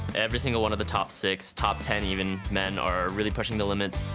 every single one of the top six, top ten even, men are really pushing the limits.